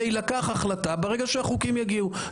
תילקח החלטה ברגע שהחוקים יגיעו.